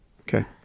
Okay